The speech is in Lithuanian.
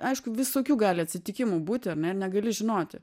aišku visokių gali atsitikimų būti negali žinoti